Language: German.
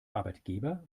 arbeitgeber